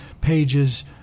pages